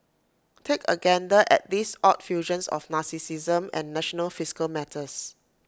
take A gander at these odd fusions of narcissism and national fiscal matters